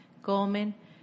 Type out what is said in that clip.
Comen